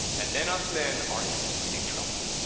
and then us men are in big trouble.